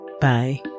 Bye